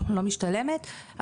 לא משתלמת,